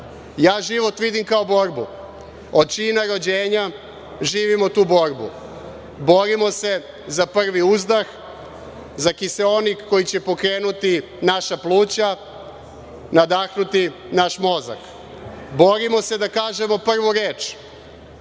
život vidim kao borbu, od čina rođenja živimo tu borbu. Borimo se za prvi uzdah, za kiseonik koji će pokrenuti naša pluća, nadahnuti naš mozak. Borimo se da kažemo prvu reč,